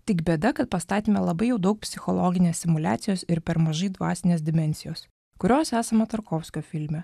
tik bėda kad pastatyme labai jau daug psichologinės simuliacijos ir per mažai dvasinės dimensijos kurios esama tarkovskio filme